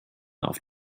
auf